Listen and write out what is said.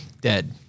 dead